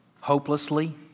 hopelessly